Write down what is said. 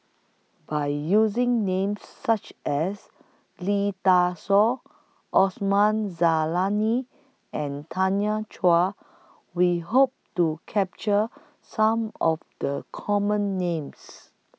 By using Names such as Lee Dai Soh Osman Zailani and Tanya Chua We Hope to capture Some of The Common Names